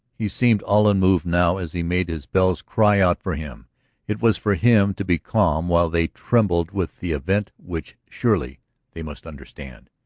he seemed all unmoved now as he made his bells cry out for him it was for him to be calm while they trembled with the event which surely they must understand.